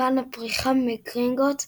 מתקן "הבריחה מגרינגוטס"